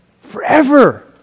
Forever